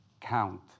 count